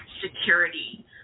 security